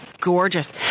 gorgeous